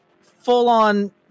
full-on